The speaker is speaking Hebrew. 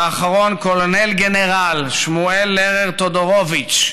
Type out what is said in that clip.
ואחרון, קולונל גנרל שמואל לרר טודורוביץ,